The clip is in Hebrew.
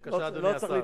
בבקשה, השר.